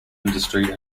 industry